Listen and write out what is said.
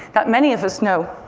that many of us know.